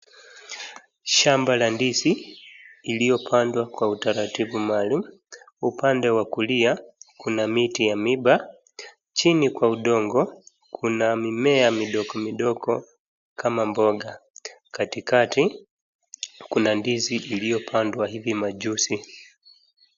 Shamba la ndizi iliyopandwa kwa utaratibu maalum. Upande wa kulia kuna miti ya miba chini kwa udongo kuna mimea midogo midogo kama mboga. Katikati kuna ndizi iliyopandwa hivi majuzi.